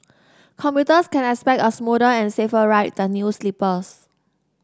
commuters can expect a smoother and safer ride with the new sleepers